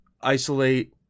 isolate